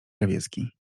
krawiecki